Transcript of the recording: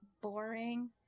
boring